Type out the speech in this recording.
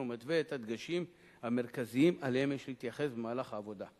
ומתווה את הדגשים המרכזיים שאליהם יש להתייחס במהלך העבודה.